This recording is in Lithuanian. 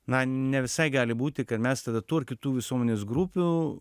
na ne visai gali būti kad mes tada tų ar kitų visuomenės grupių